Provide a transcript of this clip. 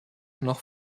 noch